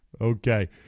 Okay